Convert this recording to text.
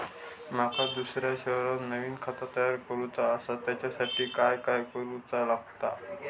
माका दुसऱ्या शहरात नवीन खाता तयार करूचा असा त्याच्यासाठी काय काय करू चा लागात?